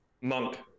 monk